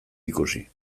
ikusi